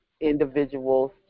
individuals